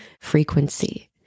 frequency